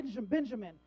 Benjamin